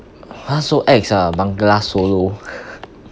!huh! so ex ah bangawan solo